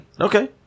Okay